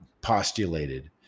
postulated